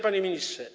Panie Ministrze!